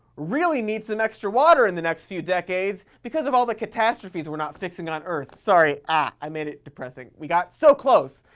really need some extra water in the next few decades because of all the catastrophes we're not fixing on earth. sorry, ah, i made it depressing. we got so close,